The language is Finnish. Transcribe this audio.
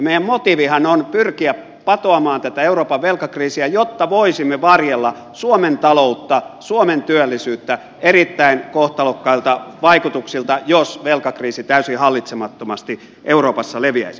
meidän motiivimmehan on pyrkiä patoamaan tätä euroopan velkakriisiä jotta voisimme varjella suomen taloutta suomen työllisyyttä erittäin kohtalokkailta vaikutuksilta jos velkakriisi täysin hallitsemattomasti euroopassa leviäisi